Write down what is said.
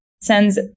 sends